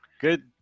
Good